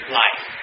life